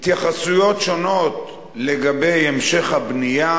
התייחסויות שונות לגבי המשך הבנייה,